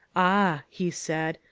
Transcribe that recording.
ah, he said,